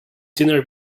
dinner